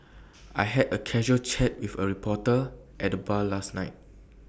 I had A casual chat with A reporter at the bar last night